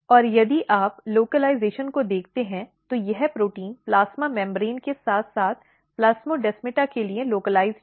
और यदि आप लोकलज़ेशन को देखते हैं तो यह प्रोटीन प्लाज्मा झिल्ली के साथ साथ प्लास्मोडेमाटा के लिए लोकलाइज्ड है